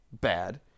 bad